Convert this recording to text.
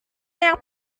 yang